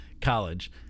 college